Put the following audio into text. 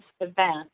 event